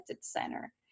center